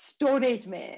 Storage